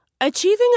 Achieving